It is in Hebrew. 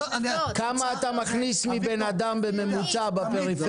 כמה אתה מכניס מבן אדם בפריפריה.